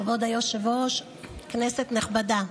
כבוד היושב-ראש, כנסת נכבדה,